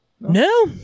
No